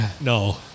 No